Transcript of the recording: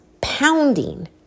pounding